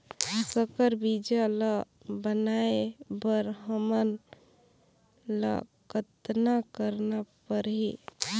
संकर बीजा ल बनाय बर हमन ल कतना करना परही?